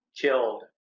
killed